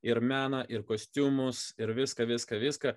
ir meną ir kostiumus ir viską viską viską